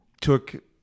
took